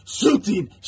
Shooting